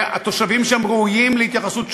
התושבים שם ראויים להתייחסות שונה,